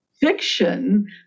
fiction